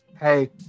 Hey